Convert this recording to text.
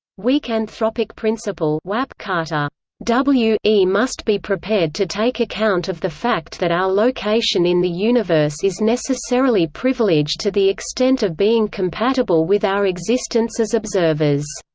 weak anthropic principle carter w e must be prepared to take account of the fact that our location in the universe is necessarily privileged to the extent of being compatible with our existence as observers.